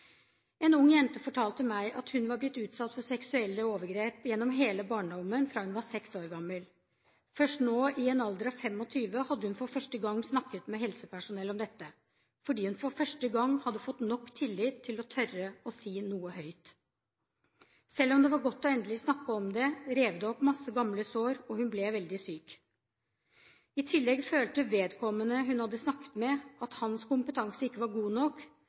En ung jente fortalte meg at hun var blitt utsatt for seksuelle overgrep gjennom hele barndommen fra hun var seks år gammel. Først nå i en alder av 25 hadde hun for første gang snakket med helsepersonell om dette, fordi hun for første gang hadde fått nok tillit til å tørre å si noe høyt. Selv om det var godt endelig å snakke om det, rev det opp masse gamle sår og hun ble veldig syk. I tillegg følte vedkommende hun hadde snakket med, at hans kompetanse ikke var god nok